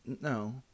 no